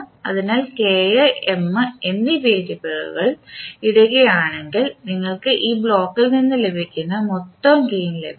അതിനാൽ എന്നീ വേരിയബിളുകൾ ഇടുകയാണെങ്കിൽ നിങ്ങൾക്ക് ഈ ബ്ലോക്കിൽ നിന്ന് ലഭിക്കുന്ന മൊത്തം ഗെയിൻ ലഭിക്കും